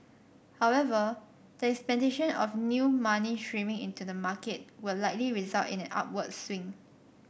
however the expectation of new money streaming into the market will likely result in an upward swing